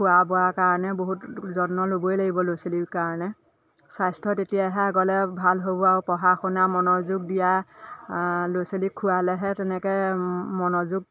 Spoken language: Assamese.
খোৱা বোৱা কাৰণে বহুত যত্ন ল'বই লাগিব ল'ৰা ছোৱালীৰ কাৰণে স্বাস্থ্য তেতিয়াহে আগলৈ ভাল হ'ব আৰু পঢ়া শুনা মনোযোগ দিয়া ল'ৰা ছোৱালীক খোৱালেহে তেনেকৈ মনোযোগ